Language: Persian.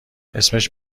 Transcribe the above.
اسمش